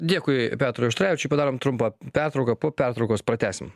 dėkui petrui auštrevičiui padarom trumpą pertrauką po pertraukos pratęsim